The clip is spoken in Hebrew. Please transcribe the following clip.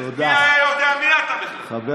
מי היה יודע מי אתה בכלל?